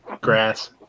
Grass